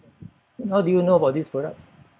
then how do you know about these products